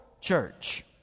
church